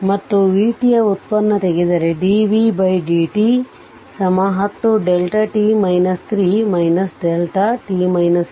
ಮತ್ತು v ಯ ವ್ಯುತ್ಪನ್ನ ತೆಗೆದರೆ d v d t10